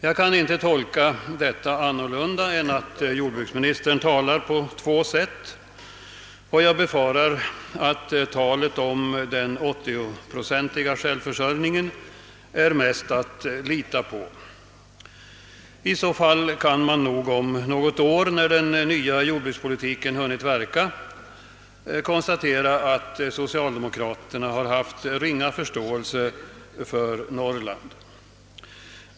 Jag kan inte tolka detta annorlunda än att jordbruksministern talar på två sätt, och jag befarar att talet om den 80-procentiga självförsörjningen är mest att lita på. I så fall kan man nog om något år, när den nya jordbrukspolitiken har hunnit verka, konstatera att socialdemokraterna har haft ringa förståelse för Norrland.